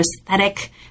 aesthetic